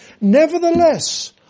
Nevertheless